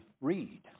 read